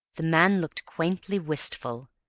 the man looked quaintly wistful,